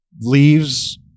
leaves